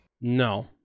No